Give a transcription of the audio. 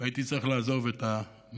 והייתי צריך לעזוב את המקום.